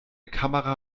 kamera